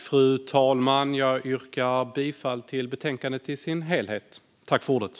Fru talman! Jag yrkar bifall till utskottets förslag i betänkandet i sin helhet.